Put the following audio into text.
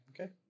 Okay